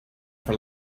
for